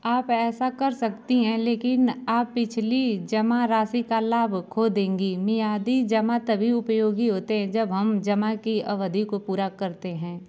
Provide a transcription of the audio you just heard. आप ऐसा कर सकती हैं लेकिन आप पिछली जमा राशि का लाभ खो देंगी मियादी जमा तभी उपयोगी होते हैं जब हम जमा की अवधि को पूरा करते हैं